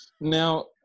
now